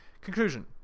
Conclusion